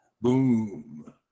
Boom